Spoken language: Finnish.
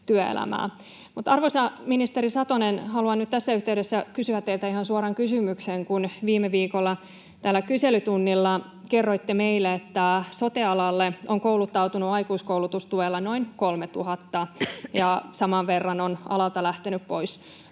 arvoisa ministeri Satonen, haluan nyt tässä yhteydessä kysyä teiltä ihan suoran kysymyksen, kun viime viikolla täällä kyselytunnilla kerroitte meille, että sote-alalle on kouluttautunut aikuiskoulutustuella noin 3 000 ja saman verran on alalta lähtenyt pois.